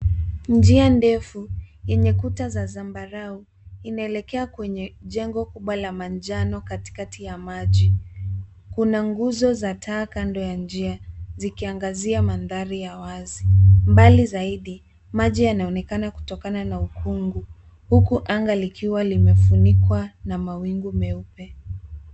Njia ndefu yenye kuta za zamabarau inaelekea kwenye jengo kubwa la manjano katikati ya maji. Kuna nguzo za taa kando ya njia, zikiangazia mandhari ya wazi. Mbali zaidi maji yanaonekana kutokana na ukungu, huku anga likiwa limefunikwa na mawingu meupe.